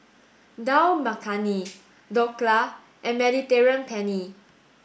Dal Makhani Dhokla and Mediterranean Penne